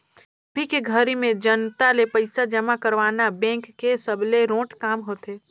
अभी के घरी में जनता ले पइसा जमा करवाना बेंक के सबले रोंट काम होथे